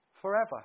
Forever